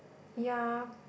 ya